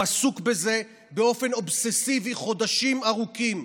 הוא עסוק בזה באופן אובססיבי חודשים ארוכים,